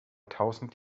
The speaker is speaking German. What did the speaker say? tausend